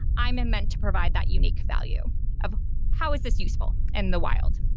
i'm meant to provide that unique value of how is this useful in the wild.